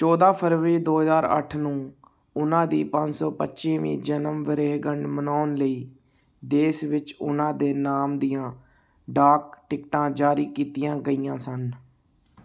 ਚੌਦਾਂ ਫਰਵਰੀ ਦੋ ਹਜ਼ਾਰ ਅੱਠ ਨੂੰ ਉਨ੍ਹਾਂ ਦੀ ਪੰਜ ਸੌ ਪੱਚੀਵੀਂ ਜਨਮ ਵਰ੍ਹੇਗੰਢ ਮਨਾਉਣ ਲਈ ਦੇਸ਼ ਵਿੱਚ ਉਨ੍ਹਾਂ ਦੇ ਨਾਮ ਦੀਆਂ ਡਾਕ ਟਿਕਟਾਂ ਜਾਰੀ ਕੀਤੀਆਂ ਗਈਆਂ ਸਨ